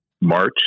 March